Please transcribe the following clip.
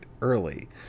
early